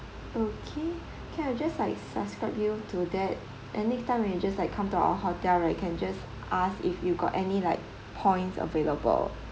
okay can I'll just like subscribe you to that and next time when you just like come to our hotel right can just ask if you got any like points available